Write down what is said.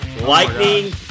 Lightning